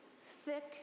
thick